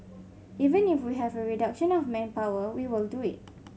even if we have a reduction of manpower we will do it